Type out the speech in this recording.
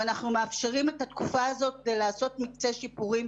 ואנחנו מאפשרים את התקופה הזאת כדי לעשות מקצה שיפורים,